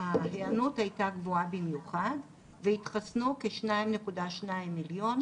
ההיענות הייתה גבוהה במיוחד והתחסנו כ-2.2 מיליון,